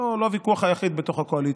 זה לא הוויכוח היחיד בתוך הקואליציה.